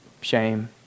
Shame